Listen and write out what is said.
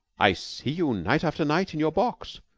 i see you night after night in your box.